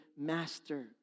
master